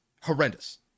horrendous